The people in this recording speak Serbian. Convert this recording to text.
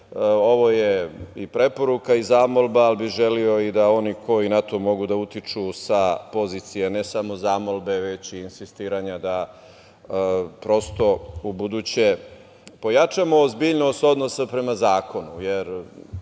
je i preporuka i zamolba, ali bih želeo da oni koji na to mogu da utiču sa pozicije ne samo zamolbe već i insistiranja da prosto ubuduće pojačamo ozbiljnost odnosa prema zakonu,